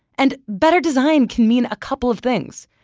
and better design can mean a couple of things.